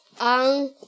on